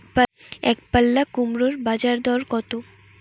একপাল্লা কুমড়োর বাজার দর কত?